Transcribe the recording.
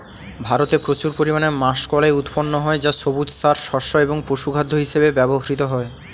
ভারতে প্রচুর পরিমাণে মাষকলাই উৎপন্ন হয় যা সবুজ সার, শস্য এবং পশুখাদ্য হিসেবে ব্যবহৃত হয়